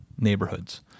neighborhoods